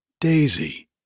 Daisy